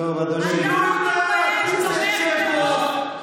תומך טרור,